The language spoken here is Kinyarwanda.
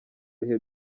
bihe